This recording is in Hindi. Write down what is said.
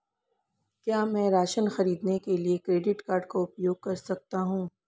क्या मैं राशन खरीदने के लिए क्रेडिट कार्ड का उपयोग कर सकता हूँ?